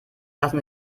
lassen